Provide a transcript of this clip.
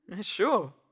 Sure